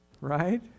Right